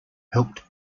helped